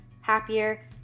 happier